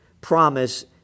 promise